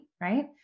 right